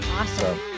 Awesome